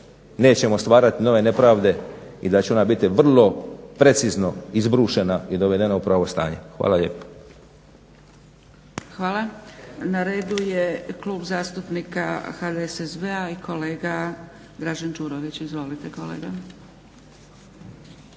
nećemo stvarati nove nepravde i da će ona biti vrlo precizno izbrušena i dovedena u pravo stanje. Hvala lijepo. **Zgrebec, Dragica (SDP)** Hvala. Na redu je Klub zastupnika HDSSB-a i kolega Dražen Đurović. Izvolite kolega.